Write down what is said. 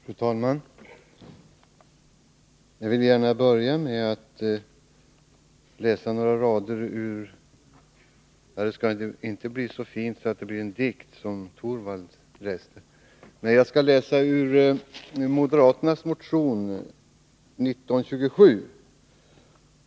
Fru talman! Jag vill gärna börja med att läsa några rader, inte ur något så fint som en dikt, som Rune Torwald läste, men ur moderaternas motion 1927.